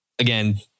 Again